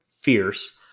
fierce